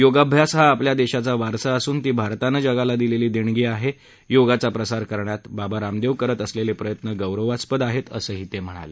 योगाभ्यास हा आपल्या देशाचा वारसा असून ती भारतानं जगाला दिलेली देणगी आहे योगाचा प्रसार करण्यात बाबा रामदेव करत असलेले प्रयत्न गौरवास्पद आहेत असंही ते म्हणाले